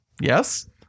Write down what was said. Yes